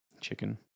chicken